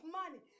money